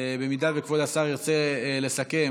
אם כבוד השר ירצה לסכם,